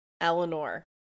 Eleanor